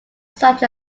such